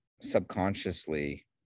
subconsciously